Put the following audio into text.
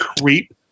creep